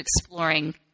exploring